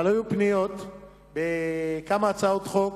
אבל היו פניות בכמה הצעות חוק.